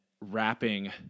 wrapping